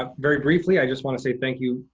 ah very briefly, i just wanna say thank you,